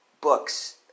books